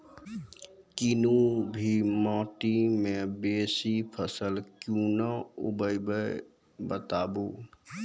कूनू भी माटि मे बेसी फसल कूना उगैबै, बताबू?